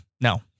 no